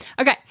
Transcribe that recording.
Okay